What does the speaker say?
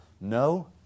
No